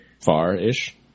far-ish